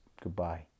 goodbye